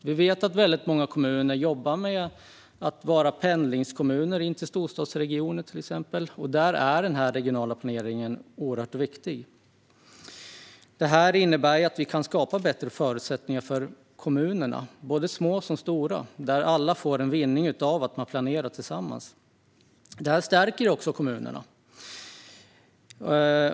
Vi vet till exempel att väldigt många kommuner jobbar med att vara pendlingskommuner in till storstadsregioner, och där är den regionala planeringen oerhört viktig. Det här innebär att vi kan skapa bättre förutsättningar för kommunerna, små som stora, där alla får vinning av att planera tillsammans. Det stärker också kommunerna.